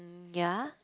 ya